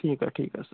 ठीक आहे ठीक आहे सर